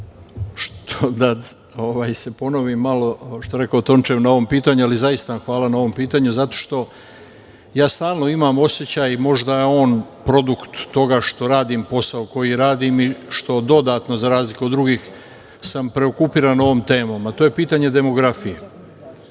vam, da se ponovim malo, što rekao Tončev, na ovom pitnju, ali zaista hvala na ovom pitanju. Zato što stalno imam osećaj, možda je on produkt toga što radim posao koji radim i što dodatno, za razliku od drugih sam preokupiran ovom temom, a to je pitanje demografije. Imam